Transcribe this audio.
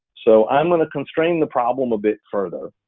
so i'm gonna constrain the problem a bit further.